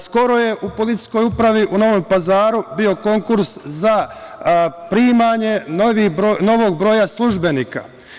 Skoro je u policijskoj upravi Novom Pazaru bio konkurs za primanje novog broja službenika.